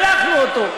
שלחנו אותו.